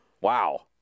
wow